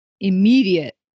immediate